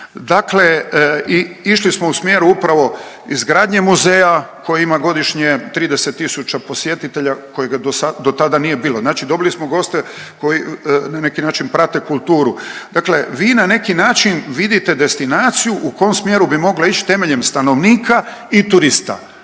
Dakle, išli smo u smjeru upravo izgradnje muzeja koji ima godišnje 30 tisuća posjetiteljica kojega do tada nije bilo, znači dobili smo goste koji na neki način prate kulturu. Dakle, vi na neki način vidite destinaciju u kom smjeru bi mogla ić temeljem stanovnika i turista,